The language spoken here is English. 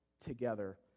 together